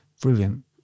brilliant